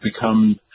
become